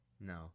No